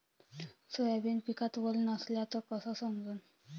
Soybean पिकात वल नसल्याचं कस समजन?